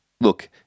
look